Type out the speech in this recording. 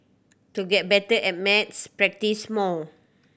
to get better at maths practise more